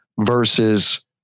versus